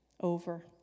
Over